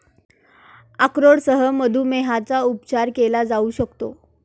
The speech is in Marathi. अक्रोडसह मधुमेहाचा उपचार केला जाऊ शकतो